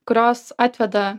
kurios atveda